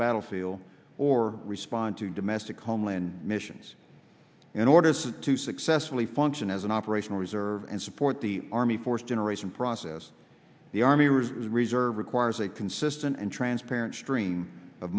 battlefield or respond to domestic homeland missions in order to successfully function as an operational reserve and support the army force generation process the army reserves reserve requires a consistent and transparent stream of